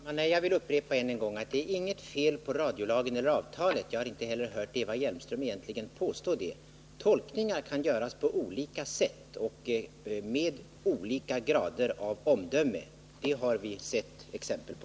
Herr talman! Jag vill upprepa än en gång: Det är inget fel på radiolagen eller avtalet. Och jag har egentligen inte heller hört Eva Hjelmström påstå det. Tolkningar kan göras på olika sätt och med olika grader av omdöme. Det har vi sett exempel på.